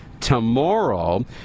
Tomorrow